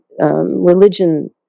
religion